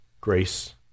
Grace